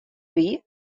wie